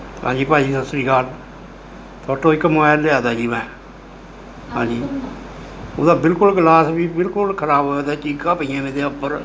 ਹਾਂਜੀ ਭਾਅ ਜੀ ਸਤਿ ਸ਼੍ਰੀ ਅਕਾਲ ਥੋਤੋਂ ਇਕ ਮੋਬਾਇਲ ਲਿਆ ਤਾ ਜੀ ਮੈਂ ਹਾਂਜੀ ਉਹਦਾ ਬਿਲਕੁਲ ਗਲਾਸ ਵੀ ਬਿਲਕੁਲ ਖਰਾਬ ਹੋਇਆ ਤਾ ਚੀਗਾ ਪਈਆਂ ਵਾ ਤੀਆ ਉੱਪਰ